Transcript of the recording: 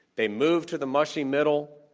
they moved to the mushy middle.